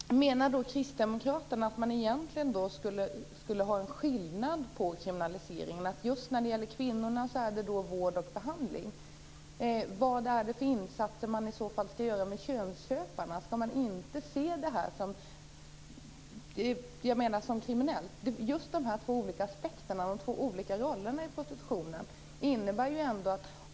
Herr talman! Menar då kristdemokraterna att man egentligen skulle ha en skillnad på kriminaliseringen så att det just i fråga om kvinnorna är vård och behandling som gäller? Vilka insatser skall man i så fall göra med könsköparna? Skall man inte se det som kriminellt? Det här är två olika aspekter på prostitutionen, två olika roller.